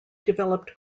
developed